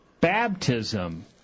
baptism